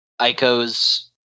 Aiko's